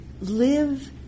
live